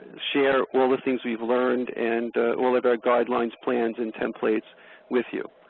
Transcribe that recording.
share all the things we've learned and all of our guidelines, plans and templates with you.